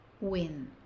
win